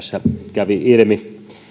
kävi ilmi